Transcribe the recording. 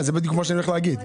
בדיוק זה מה שאני הולך להגיד.